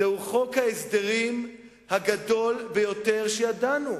זהו חוק ההסדרים הגדול ביותר שידענו.